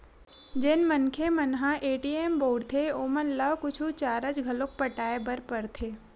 जेन मनखे मन ह ए.टी.एम बउरथे ओमन ल कुछु चारज घलोक पटाय बर परथे